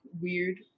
weird